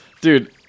Dude